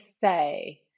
say